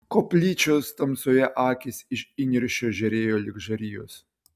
koplyčios tamsoje akys iš įniršio žėrėjo lyg žarijos